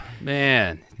Man